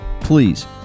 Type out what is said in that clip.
please